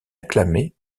acclamé